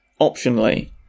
optionally